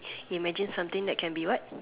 you imagine something that can be what